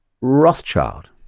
Rothschild